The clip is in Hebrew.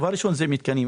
דבר ראשון זה מתקנים.